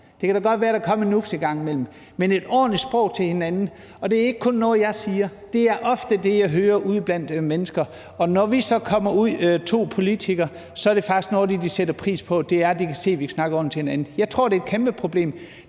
Det kan da godt være, at der kom en smutter en gang imellem, men man skal have et ordentligt sprog til hinanden. Og det er ikke kun noget, jeg siger. Det er ofte det, jeg hører ude blandt mennesker. Og når vi så kommer ud og vi kun er to politikere, er det faktisk noget af det, de sætter pris på, altså at de kan se, at vi snakker ordentligt til hinanden. Jeg tror, det er et kæmpeproblem.